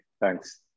thanks